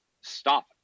stop